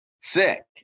sick